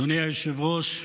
אדוני היושב-ראש,